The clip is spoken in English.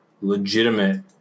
legitimate